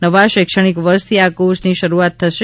નવા શૈક્ષણિક વર્ષથી આ કોર્સની શરૂઆત થશે